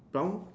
don't